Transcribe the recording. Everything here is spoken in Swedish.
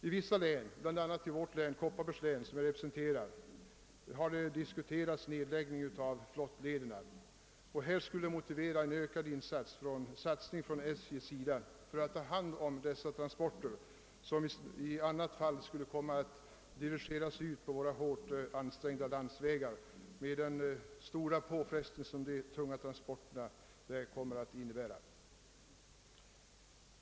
I vissa län, bl.a. i Kopparbergs som jag representerar, har en nedläggning av flottlederna diskuterats. Detta skulle motivera en ökad satsning från SJ:s sida för att ta hand om dessa transporter, som i annat fall skulle komma att dirigeras ut på hårt ansträngnda landsvägar med den stora påfrestning som de tunga transporterna där kommer att medföra.